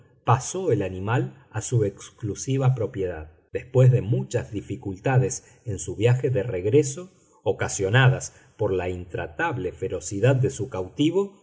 pasó el animal a su exclusiva propiedad después de muchas dificultades en su viaje de regreso ocasionadas por la intratable ferocidad de su cautivo